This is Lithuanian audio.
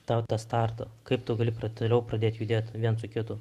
tau tą startą kaip tu gali pr toliau pradėt judėt viens su kitu